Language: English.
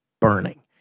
burning